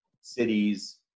cities